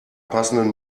passenden